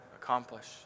accomplish